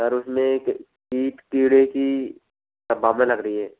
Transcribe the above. sir उसमें एक कीट कीड़े की संभावना लग रही है